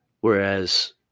whereas